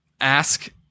ask